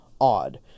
odd